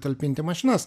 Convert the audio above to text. talpinti mašinas